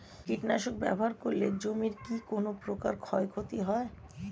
কীটনাশক ব্যাবহার করলে জমির কী কোন প্রকার ক্ষয় ক্ষতি হয়?